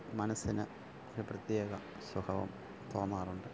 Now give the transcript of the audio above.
മനസ്സിന് ഒരു പ്രത്യേക സുഖവും തോന്നാറുണ്ട്